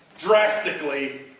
drastically